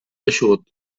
eixut